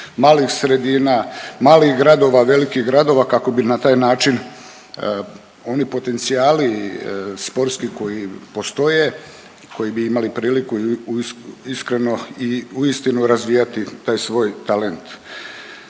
malih sredina, malih gradova, velikih gradova kako bi na taj način oni potencijali sportski koji postoje koji bi imali priliku iskreno i uistinu razvijati taj svoj talent.